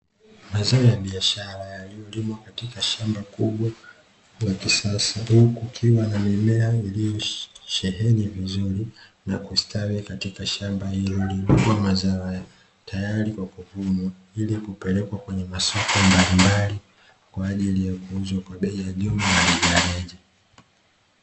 Mazao ya biashara yaliolimwa katika shamba kubwa la kisasa , hukiwa na mimea iliyosheheni vizuri na kustawi katika shamba hilo lilikuwa mazao ya tayari kwa kuvunwa, ili kupelekwa kwenye masoko mbalimbali kwa ajili ya kuuzwa kwa bei ya jumla na rejareja.